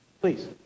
Please